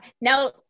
Now